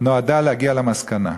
נועדה להגיע למסקנה.